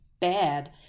bad